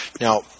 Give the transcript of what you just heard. Now